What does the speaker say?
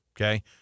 okay